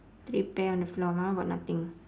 three pear on the floor my one got nothing